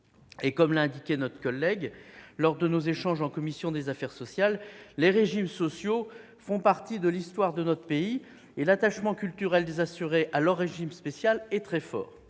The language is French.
comme l'a indiqué M. Savary lors de nos échanges en commission des affaires sociales, les régimes spéciaux font partie de l'histoire de notre pays et l'attachement culturel des assurés à leur régime spécial est très fort.